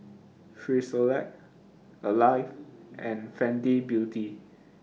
Frisolac Alive and Fenty Beauty